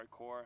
hardcore